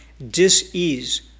Dis-ease